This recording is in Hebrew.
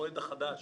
המועד החדש